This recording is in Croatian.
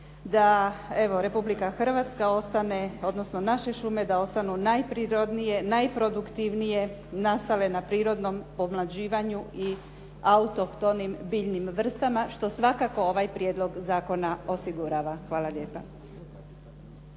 evo Republika Hrvatska ostane, odnosno naše šume da ostanu najprirodnije, najproduktivnije nastale na prirodnom pomlađivanju i autohtonim biljnim vrstama što svakako ovaj prijedlog zakona osigurava. Hvala lijepa.